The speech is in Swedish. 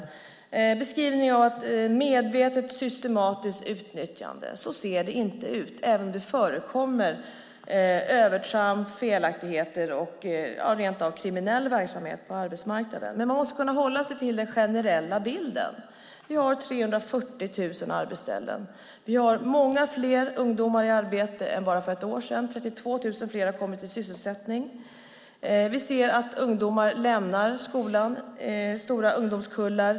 Det är en beskrivning av ett medvetet systematiskt utnyttjande. Så ser det inte ut, även om det förekommer övertramp, felaktigheter och rent av kriminell verksamhet på arbetsmarknaden. Man måste kunna hålla sig till den generella bilden. Vi har 340 000 arbetsställen. Vi har många fler ungdomar i arbete än bara för ett år sedan - 32 000 fler har kommit i sysselsättning. Vi ser att ungdomar lämnar skolan, stora ungdomskullar.